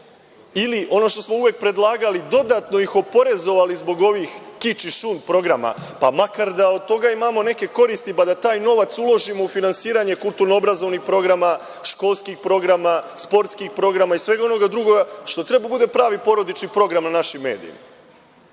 ili, ono što smo uvek predlagali, dodatno ih oporezivali zbog ovih kič i šund programa, pa makar da od toga imamo neke koristi, pa da taj novac uložimo u finansiranje kulturno-obrazovnih programa, školskih programa, sportskih programa i svega onoga drugoga, što treba da bude pravi porodični program na našim medijima.